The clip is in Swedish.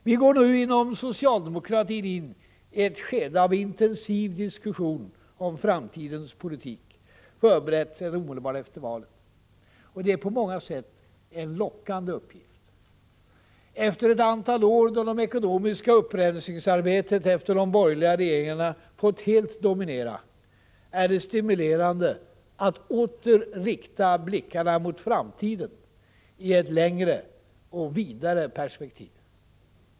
Vi går nu inom socialdemokratin in i ett skede av en intensiv diskussion om framtidens politik, förberett sedan omedelbart efter valet. Det är på många sätt en lockande uppgift. Efter ett antal år, då det ekonomiska upprensningsarbetet efter de borgerliga regeringarna fått helt dominera, är det stimulerande att åter rikta blickarna mot framtiden i ett längre och vidare perspektiv.